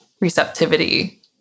receptivity